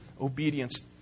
obedience